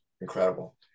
incredible